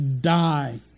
die